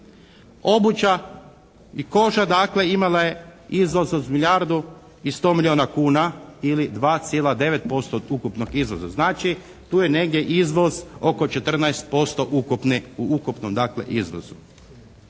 Obuća i koža dakle imala je izvoz od milijardu i 100 milijuna kuna ili 2,9% od ukupnog izvoza. Znači tu je negdje izvoz oko 14% ukupne, u